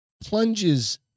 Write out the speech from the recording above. plunges